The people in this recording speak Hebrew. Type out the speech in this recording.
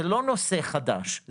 זה לא נושא חדש,